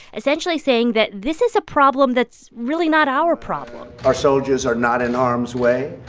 essentially saying that this is a problem that's really not our problem our soldiers are not in harm's way,